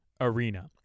Arena